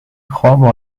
خوابو